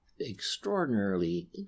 extraordinarily